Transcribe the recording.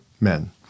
men